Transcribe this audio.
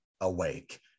awake